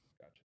Gotcha